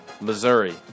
Missouri